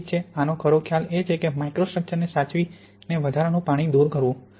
ઠીક છે આનો ખરો ખ્યાલ એ છે કે માઇક્રોસ્ટ્રક્ચરને સાચવીને વધારાનું પાણીને દૂર કરવું